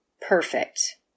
perfect